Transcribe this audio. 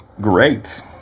great